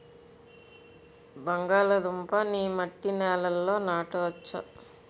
బంగాళదుంప నీ మట్టి నేలల్లో నాట వచ్చా?